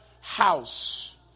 house